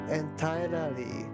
entirely